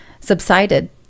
subsided